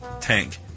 tank